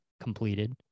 completed